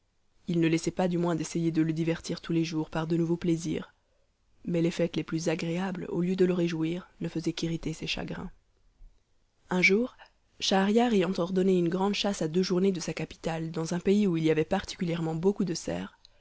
il ne laissait pas néanmoins d'essayer de le divertir tous les jours par de nouveaux plaisirs mais les fêtes les plus agréables au lieu de le réjouir ne faisaient qu'irriter ses chagrins un jour schahriar ayant ordonné une grande chasse à deux journées de sa capitale dans un pays où il y avait particulièrement beaucoup de cerfs